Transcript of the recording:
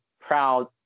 proud